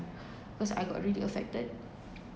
because I got really affected